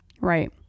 Right